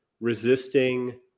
resisting